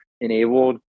enabled